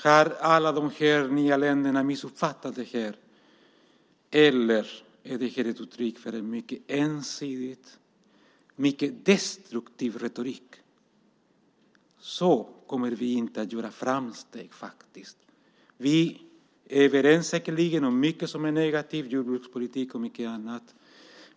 Har alla de nya länderna missuppfattat det här? Eller är detta ett uttryck för en mycket ensidig och destruktiv retorik? På det viset kommer vi inte att göra framsteg. Vi är säkerligen överens om att det finns mycket som är negativt - jordbrukspolitik och mycket annat.